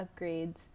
upgrades